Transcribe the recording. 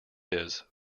his